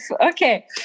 Okay